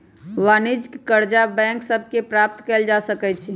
वाणिज्यिक करजा बैंक सभ से प्राप्त कएल जा सकै छइ